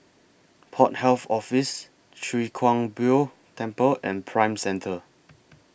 Port Health Office Chwee Kang Beo Temple and Prime Centre